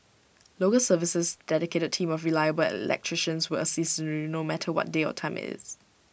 local service's dedicated team of reliable electricians will assist you no matter what day or time IT is